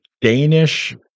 danish